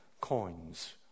coins